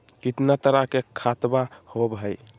कितना तरह के खातवा होव हई?